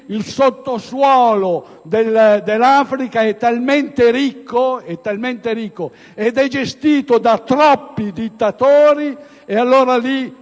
il sottosuolo dell'Africa è talmente ricco e gestito da troppi dittatori che non